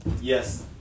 yes